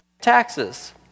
taxes